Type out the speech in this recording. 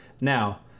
Now